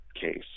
case